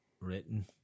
written